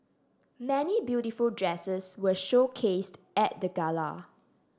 many beautiful dresses were showcased at the gala